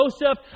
Joseph